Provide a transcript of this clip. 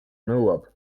nõuab